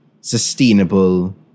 sustainable